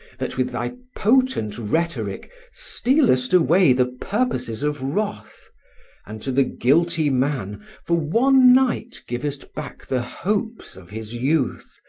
that with thy potent rhetoric stealest away the purposes of wrath and to the guilty man for one night givest back the hopes of his youth,